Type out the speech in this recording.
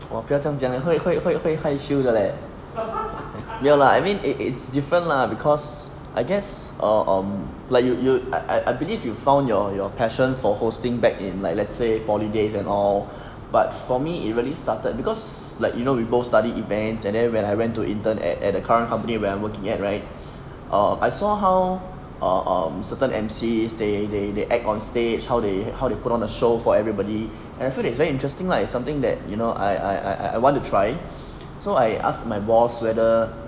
!wah! 不要将讲 leh 会会会会害羞的 leh 没有 lah I mean it it's different lah because I guess or um like you you'd I I believe you found your your passion for hosting back in like let's say poly days and all but for me it really started because like you know we both study events and then when I went to intern at at the current company where I'm working at right um I saw how ah um certain emcees they they they act on stage how they how they put on a show for everybody and I feel that it's very interesting like something that you know I I I want to try so I asked my boss whether